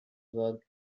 worked